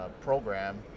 program